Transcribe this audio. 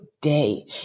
day